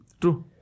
True